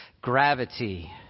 gravity